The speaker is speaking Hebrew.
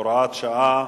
הוראת שעה)